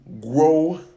grow